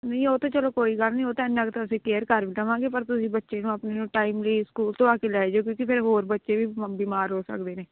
ਨਹੀਂ ਉਹ ਤਾਂ ਚਲੋ ਕੋਈ ਗੱਲ ਨਹੀਂ ਉਹ ਤਾਂ ਇੰਨਾਂ ਕੁ ਤਾਂ ਅਸੀਂ ਕੇਅਰ ਕਰ ਵੀ ਦੇਵਾਂਗੇ ਪਰ ਤੁਸੀਂ ਬੱਚੇ ਨੂੰ ਆਪਣੇ ਨੂੰ ਟਾਈਮਲੀ ਸਕੂਲ ਤੋਂ ਆ ਕੇ ਲੈ ਜਿਓ ਕਿਉਂਕਿ ਫਿਰ ਹੋਰ ਬੱਚੇ ਵੀ ਬ ਬਿਮਾਰ ਹੋ ਸਕਦੇ ਨੇ